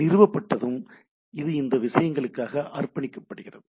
நிறுவப்பட்டதும் இது இந்த விஷயங்களுக்காக அர்ப்பணிக்கப்பட்டுள்ளது